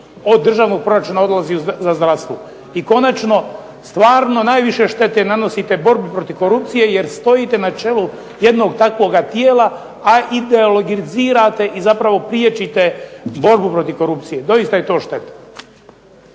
od državnog proračuna odlazi za zdravstvo. I konačno, stvarno najviše štete nanosite borbi protiv korupcije, jer stojite na čelu jednog takvoga tijela, a ideoligizirate i zapravo priječite borbu protiv korupcije. Doista je to šteta.